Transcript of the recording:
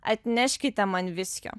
atneškite man viskio